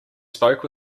spoke